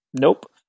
nope